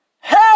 Hey